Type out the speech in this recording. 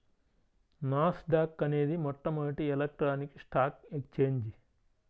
నాస్ dock అనేది మొట్టమొదటి electronic stock exchange